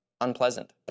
unpleasant